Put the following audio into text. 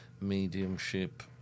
mediumship